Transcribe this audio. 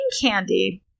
Candy